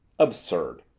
absurd!